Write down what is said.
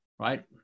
right